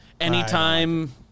Anytime